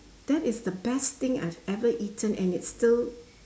that is the best thing I have ever eaten and it's still